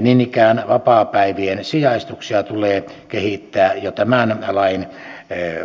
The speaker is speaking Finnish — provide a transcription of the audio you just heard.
niin ikään vapaapäivien sijaistuksia tulee kehittää jo tämän lain